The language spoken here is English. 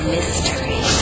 Mystery